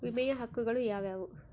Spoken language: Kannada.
ವಿಮೆಯ ಹಕ್ಕುಗಳು ಯಾವ್ಯಾವು?